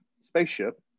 spaceship